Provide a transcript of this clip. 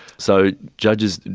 so judges,